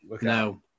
No